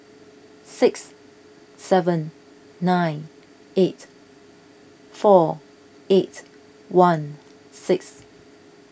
six seven nine eight four eight one six